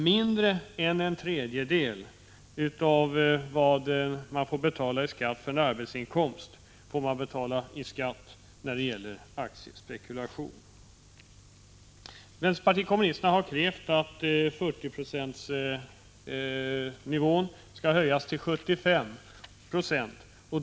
Mindre än en tredjedel av vad man får betala i skatt av en arbetsinkomst betalar man i skatt när det gäller aktiespekulation. Vänsterpartiet kommunisterna har krävt att 40-procentsnivån skall ändras till 75 26.